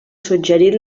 suggerit